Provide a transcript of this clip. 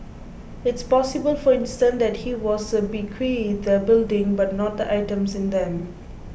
it's possible for instance that he was bequeathed the building but not the items in them